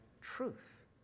truth